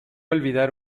olvidar